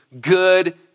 good